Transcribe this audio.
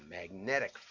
magnetic